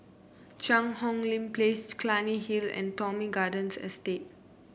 Cheang Hong Lim Place Clunny Hill and Thomson Garden Estate